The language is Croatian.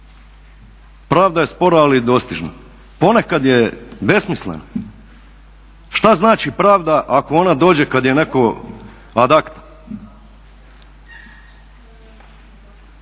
Pravda je skora ali dostižna. Ponekad je besmislena. Šta znači pravda ako ona dođe kada je netko ad acta?